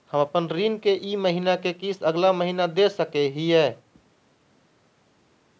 हम अपन ऋण के ई महीना के किस्त अगला महीना दे सकी हियई?